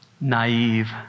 naive